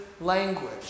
language